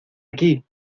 aquí